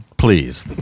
please